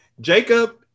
Jacob